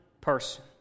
person